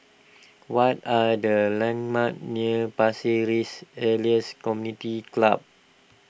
what are the landmarks near Pasir Ris Elias Community Club